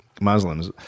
Muslims